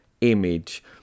image